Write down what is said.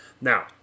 Now